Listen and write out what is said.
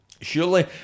surely